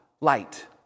light